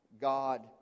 God